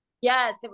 Yes